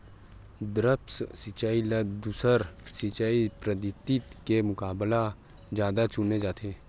द्रप्स सिंचाई ला दूसर सिंचाई पद्धिति के मुकाबला जादा चुने जाथे